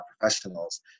professionals